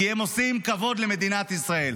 כי הם עושים כבוד למדינת ישראל.